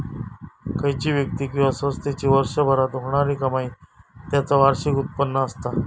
खयची व्यक्ती किंवा संस्थेची वर्षभरात होणारी कमाई त्याचा वार्षिक उत्पन्न असता